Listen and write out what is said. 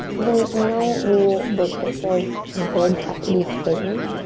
there's no rule book that says legs have to be straightened.